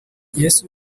yesu